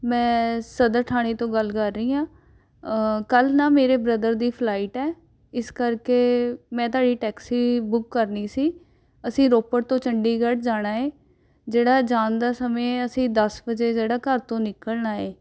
ਮੈਂ ਸਦਰ ਥਾਣੇ ਤੋਂ ਗੱਲ ਕਰ ਰਹੀ ਹਾਂ ਕੱਲ੍ਹ ਨਾ ਮੇਰੇ ਬ੍ਰਦਰ ਦੀ ਫਲਾਈਟ ਹੈ ਇਸ ਕਰਕੇ ਮੈਂ ਤੁਹਾਡੀ ਟੈਕਸੀ ਬੁੱਕ ਕਰਨੀ ਸੀ ਅਸੀਂ ਰੋਪੜ ਤੋਂ ਚੰਡੀਗੜ੍ਹ ਜਾਣਾ ਹੈ ਜਿਹੜਾ ਜਾਣ ਦਾ ਸਮੇਂ ਅਸੀਂ ਦਸ ਵਜੇ ਜਿਹੜਾ ਘਰ ਤੋਂ ਨਿਕਲਣਾ ਹੈ